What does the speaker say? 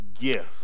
gift